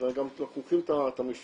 וגם אנחנו חוקרים ומעכבים את המפיקים,